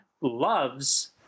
loves